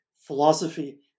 philosophy